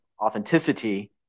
authenticity